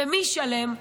ומי ישלם?